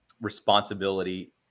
responsibility